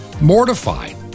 mortified